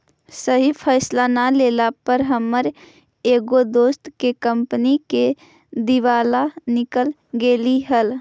सही फैसला न लेला पर हमर एगो दोस्त के कंपनी के दिवाला निकल गेलई हल